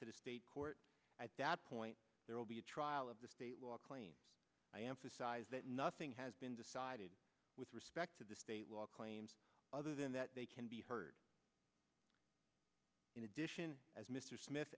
to the state court at that point there will be a trial of the state will claim i emphasize that nothing has been decided with respect to the state while claims other than that they can be heard in addition as mr smith